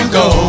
go